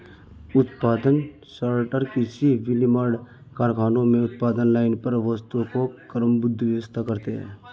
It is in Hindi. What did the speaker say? उत्पादन सॉर्टर कृषि, विनिर्माण कारखानों में उत्पादन लाइन पर वस्तुओं को क्रमबद्ध, व्यवस्थित करते हैं